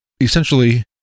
Essentially